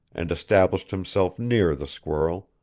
and established himself near the squirrel,